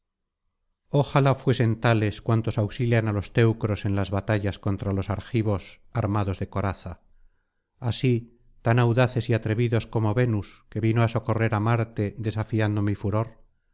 ojalá fuesen tales cuantos auxilian á los teucros en las batallas contra los argivos armados de coraza así tan audaces y atrevidos como venus que vino á socorrer á marte desafiando mi furor